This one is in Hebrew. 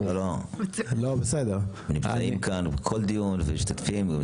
הם נמצאים כאן כל דיון ומשתתפים.